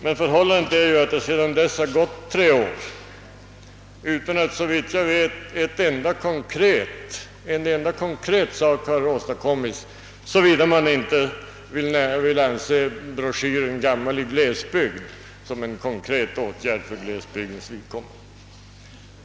Men sedan dess har det gått tre år utan att det, såvitt jag vet, vidtagits en enda konkret åtgärd för glesbygderna, om man nu inte vill betrakta broschyren »Gammal i glesbygd» som en konkret åtgärd.